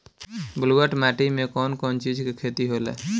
ब्लुअट माटी में कौन कौनचीज के खेती होला?